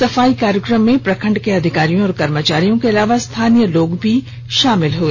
सफाई कार्यक्रम में प्रखंड के अधिकारियों और कर्मचारियों के अलावा स्थानीय लोग भी शामिल हुए